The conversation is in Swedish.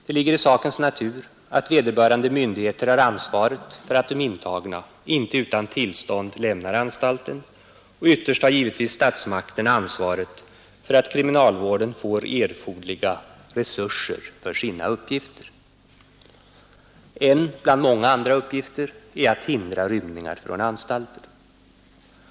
Det ligger i sakens natur att vederbörande myndigheter har ansvaret för att de intagna inte utan tillstånd lämnar anstalten, och ytterst har givetvis statsmakterna ansvaret för att kriminalvården får erforderliga resurser för sina uppgifter. En bland många andra uppgifter är att hindra rymningar från anstalter.